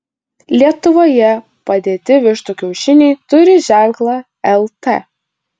lietuvoje padėti vištų kiaušiniai turi ženklą lt